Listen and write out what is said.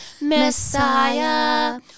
Messiah